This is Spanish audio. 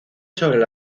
sobre